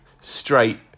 straight